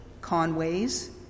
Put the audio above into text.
Conways